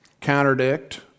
contradict